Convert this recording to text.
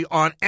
on